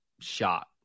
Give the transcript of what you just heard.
shot